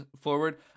forward